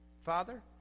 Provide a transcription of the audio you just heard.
Father